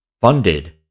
funded